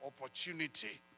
opportunity